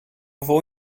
vou